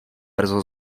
brzo